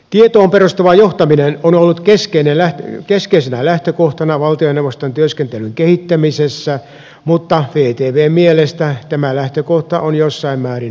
tietoon perustuva johtaminen on ollut keskeisenä lähtökohtana valtioneuvoston työskentelyn kehittämisessä mutta vtvn mielestä tämä lähtökohta on jossain määrin hämärtynyt